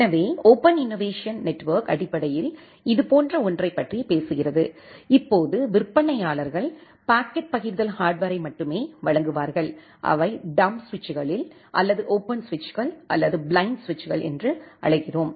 எனவே open innovation network அடிப்படையில் இதுபோன்ற ஒன்றைப் பற்றி பேசுகிறது இப்போது விற்பனையாளர்கள் பாக்கெட் பகிர்தல் ஹார்ட்வரை மட்டுமே வழங்குவார்கள் அவை டம்ப் சுவிட்சுகளில் அல்லது ஓபன் சுவிட்சுகள் அல்லது பிளைன்ட் சுவிட்சுகள் என்று அழைக்கிறோம்